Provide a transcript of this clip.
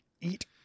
Eat